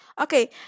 Okay